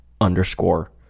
underscore